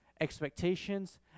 expectations